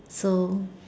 so